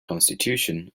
constitution